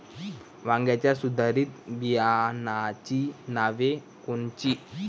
वांग्याच्या सुधारित बियाणांची नावे कोनची?